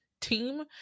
Team